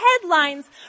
headlines